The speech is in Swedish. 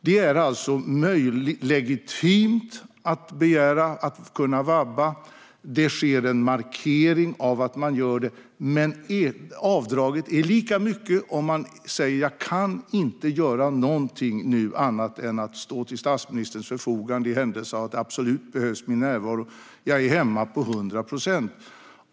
Det är alltså legitimt att begära att kunna vabba. Det sker en markering av att man gör det, men avdraget är lika stort om man säger att man nu inte kan göra någonting annat än att stå till statsministerns förfogande i händelse av att ens närvaro absolut behövs och att man är hemma på 100 procent.